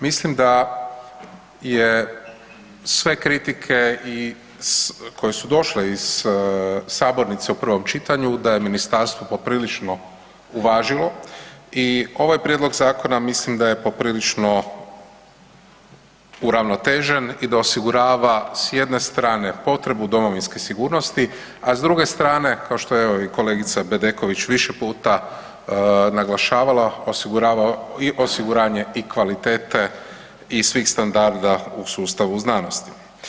Mislim da su sve kritike koje su došle iz sabornice u prvom čitanju, da je ministarstvo poprilično uvažilo i ovaj prijedlog zakona mislim da je poprilično uravnotežen i da osigurava s jedne strane potrebu domovinske sigurnosti, a s druge strane kao što je kolegica Bedeković više puta naglašavala, osigurava i osiguranje kvalitete i svih standarda u sustavu znanosti.